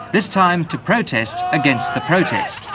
this time to protest against the protest.